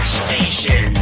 station